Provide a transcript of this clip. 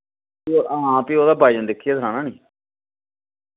फ्ही हां फ्ही ओह्दा बजन दिक्खियै सनाना निं